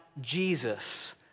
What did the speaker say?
Jesus